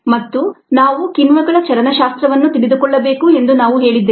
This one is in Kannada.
ಮತ್ತು ನಾವು ಕಿಣ್ವಗಳ ಚಲನಶಾಸ್ತ್ರವನ್ನು ತಿಳಿದುಕೊಳ್ಳಬೇಕು ಎಂದು ನಾವು ಹೇಳಿದ್ದೇವೆ